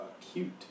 cute